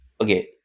Okay